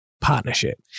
partnership